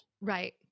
Right